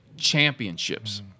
Championships